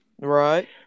Right